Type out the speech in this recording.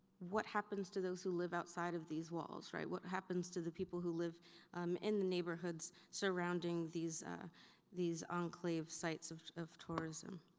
what happens to those who live outside of these walls? what happens to the people who live in the neighborhoods surrounding these these enclave sites of of tourism?